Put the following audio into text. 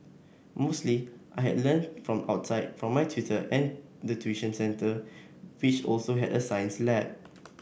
mostly I had learn from outside from my tutor and the tuition centre which also had a science lab